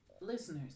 Listeners